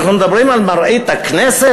אנחנו מדברים על מראית הכנסת?